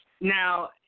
Now